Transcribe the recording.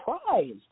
surprised